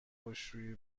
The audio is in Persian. خشکشویی